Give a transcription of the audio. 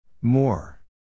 more